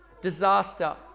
Disaster